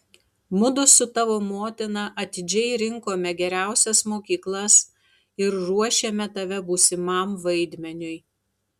mudu su tavo motina atidžiai rinkome geriausias mokyklas ir ruošėme tave būsimam vaidmeniui